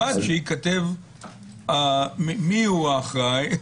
ובלבד שייכתב מי הוא האחראי.